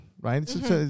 right